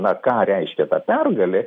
na ką reiškia ta pergalė